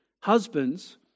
Husbands